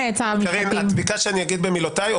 קארין, את ביקשת שאני אגיד במילותיי.